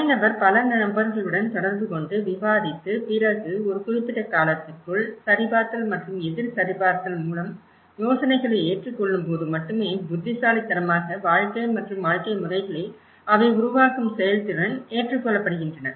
தனிநபர் பல நபர்களுடன் தொடர்புகொண்டு விவாதித்து பிறகு ஒரு குறிப்பிட்ட காலத்திற்குள் சரிபார்த்தல் மற்றும் எதிர் சரிபார்த்தல் மூலம் யோசனைகளை ஏற்றுக்கொள்ளும்போது மட்டுமே புத்திசாலித்தனமாக வாழ்க்கை மற்றும் வாழ்க்கை முறைகளில் அவை உருவாக்கும் செயல்திறன் ஏற்றுக்கொள்ளப்படுகின்றன